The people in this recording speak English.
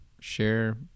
share